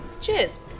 Cheers